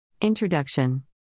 Introduction